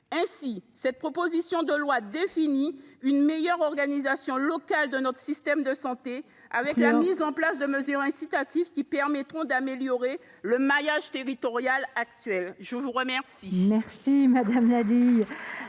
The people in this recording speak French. Ainsi, cette proposition de loi définit une meilleure organisation locale de notre système de santé, en mettant en place des mesures incitatives qui permettront d’améliorer le maillage territorial actuel. La parole